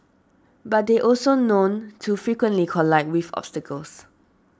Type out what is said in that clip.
but they also known to frequently collide with obstacles